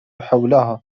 حولها